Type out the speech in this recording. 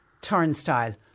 turnstile